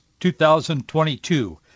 2022